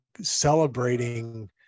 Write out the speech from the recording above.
celebrating